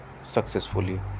successfully